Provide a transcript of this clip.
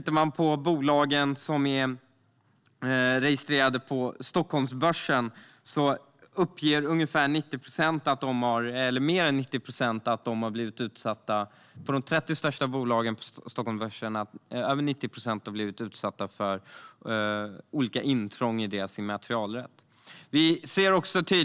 Av de bolag som är registrerade på Stockholmsbörsen uppger mer än 90 procent att de har blivit utsatta för olika intrång i deras immaterialrätt.